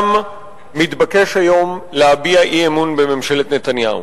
מתבקש היום להביע אי-אמון בממשלת נתניהו.